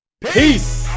peace